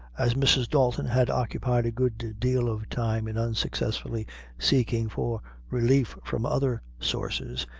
as mrs. dalton had occupied a good deal of time in unsuccessfully seeking for relief from other sources,